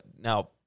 Now